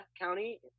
County